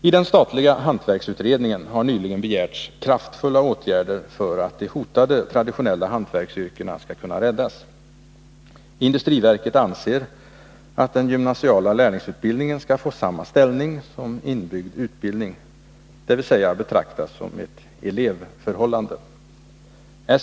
I den statliga hantverksutredningen har nyligen begärts kraftfulla åtgärder för att de hotade traditionella hantverksyrkena skall kunna räddas. Industriverket anser att den gymnasiala lärlingsutbildningen skall få samma ställning som inbyggd utbildning, dvs. betraktas som ett elevförhållande.